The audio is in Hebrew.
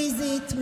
פיזית,